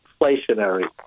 inflationary